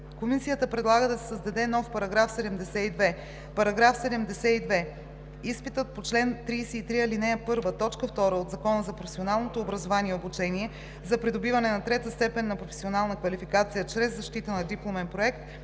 Комисията предлага да се създаде § 72: „§ 72. Изпитът по чл. 33, ал. 1, т. 2 от Закона за професионалното образование и обучение за придобиване на трета степен на професионална квалификация чрез защита на дипломен проект